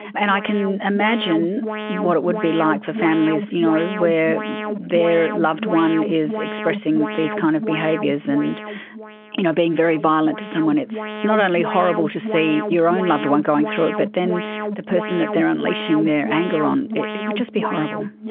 and i can imagine what it would be like for families you know where their loved one is expressing these kind of behaviours and you know being very violent to someone. it's not only horrible to see your own loved one going through it but then the person that they are unleashing their anger on, it it would just be horrible.